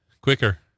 quicker